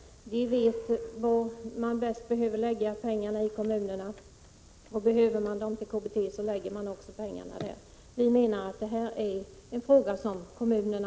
Kommunerna vet var pengarna bäst behövs, och om de anser att pengarna behövs till KBT så lägger de dem där. Vi menar att detta är en fråga för kommunerna.